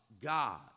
God